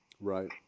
Right